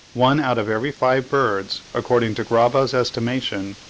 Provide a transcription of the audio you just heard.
one out of every five birds, according to graba's estimation,